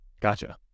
Gotcha